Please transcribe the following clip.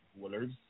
Woolers